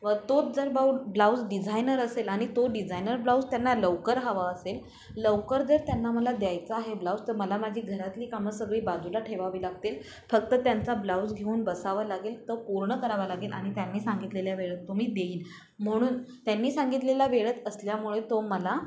व तोच जर बाउ ब्लाऊज डिझायनर असेल आणि तो डिझायनर ब्लाऊज त्यांना लवकर हवा असेल लवकर जर त्यांना मला द्यायचा आहे ब्लाऊज तर मला माझी घरातली कामं सगळी बाजूला ठेवावी लागतील फक्त त्यांचा ब्लाऊज घेऊन बसावं लागेल तो पूर्ण करावा लागेल आणि त्यांनी सांगितलेल्या वेळेत तो मी देईन म्हणून त्यांनी सांगितलेला वेळेत असल्यामुळे तो मला